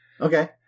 Okay